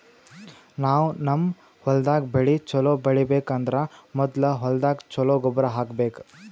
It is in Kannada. ನಾವ್ ನಮ್ ಹೊಲ್ದಾಗ್ ಬೆಳಿ ಛಲೋ ಬೆಳಿಬೇಕ್ ಅಂದ್ರ ಮೊದ್ಲ ಹೊಲ್ದಾಗ ಛಲೋ ಗೊಬ್ಬರ್ ಹಾಕ್ಬೇಕ್